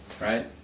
Right